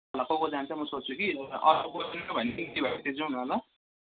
ल को को जान्छ म सोध्छु कि अरू गएन भने पनि दुई भाइ चाहिँ जाउँ न ल